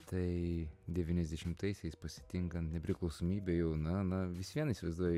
tai devyniasdešimtaisiais pasitinkant nepriklausomybę jau na na vis vien įsivaizduoju